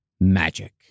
magic